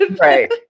Right